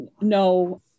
no